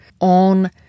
on